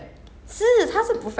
they I don't know how it works